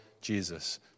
Jesus